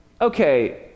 okay